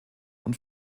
und